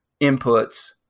inputs